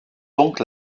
donc